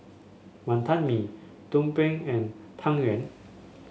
Wonton Mee tumpeng and Tang Yuen